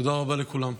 תודה רבה לכולם.